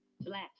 black